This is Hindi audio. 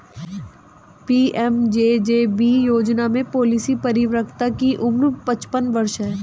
पी.एम.जे.जे.बी योजना में पॉलिसी परिपक्वता की उम्र पचपन वर्ष है